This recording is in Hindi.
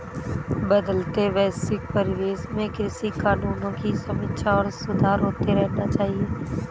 बदलते वैश्विक परिवेश में कृषि कानूनों की समीक्षा और सुधार होते रहने चाहिए